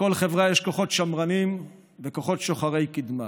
בכל חברה יש כוחות שמרניים וכוחות שוחרי קדמה,